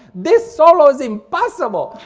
this solo is impossible!